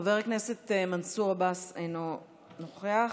חבר הכנסת מנסור עבאס, אינו נוכח.